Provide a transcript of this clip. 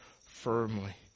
firmly